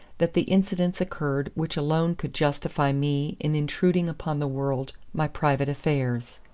that the incidents occurred which alone could justify me in intruding upon the world my private affairs.